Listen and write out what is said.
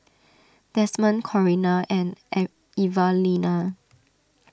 Desmond Corrina and An Evalena